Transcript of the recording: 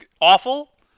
awful